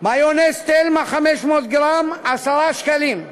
מיונז "תלמה" 500 גרם, 10 שקלים,